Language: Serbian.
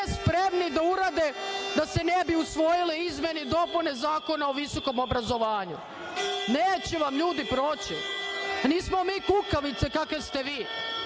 spremni da urade, da se ne bi usvojile izmene i dopune Zakona o visokom obrazovanju, neće vam ljudi proći, pa nismo mi kukavice kakve ste vi,